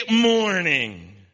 morning